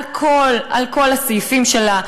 על כל הסעיפים שלה,